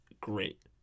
great